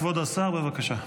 כבוד השר, בבקשה.